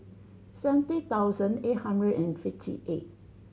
seventy thousand eight hundred and fifty eight